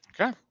Okay